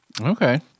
Okay